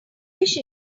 wish